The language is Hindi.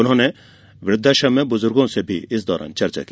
उन्होंने वृद्वाश्रम में बुजुर्गो से भी चर्चा की